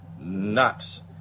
nuts